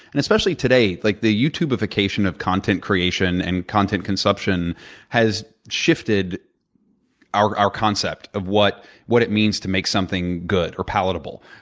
and especially today, like the you tubification of content creation and content consumption has shifted our our concept of what what it means to make something good or palatable.